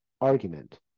argument